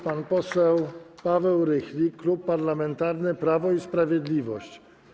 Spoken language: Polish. Pan poseł Paweł Rychlik, Klub Parlamentarny Prawo i Sprawiedliwość.